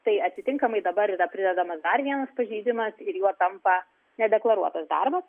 tai atitinkamai dabar yra pridedamas dar vienas pažeidimas ir juo tampa nedeklaruotas darbas